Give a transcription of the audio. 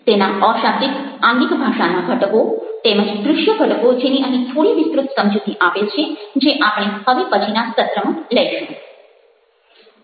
તેના અશાબ્દિક આંગિક ભાષાના ઘટકો તેમજ દૃશ્ય ઘટકો જેની અહીં થોડી વિસ્તૃત સમજૂતી આપેલ છે જે આપણે હવે પછીના સત્રમાં લઈશું